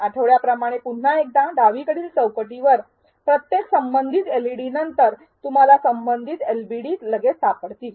आठवड्याप्रमाणे पुन्हा एकदा डावीकडील चौकटीवर प्रत्येक संबंधित एलईडीनंतर तुम्हाला संबंधित एलबीडी लगेच सापडतील